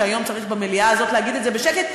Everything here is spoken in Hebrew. אפילו שהיום צריך במליאה הזאת להגיד את זה בשקט,